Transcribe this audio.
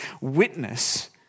witness